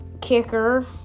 kicker